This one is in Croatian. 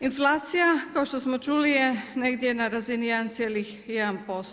Inflacija kao što smo čuli je negdje na razini 1,1%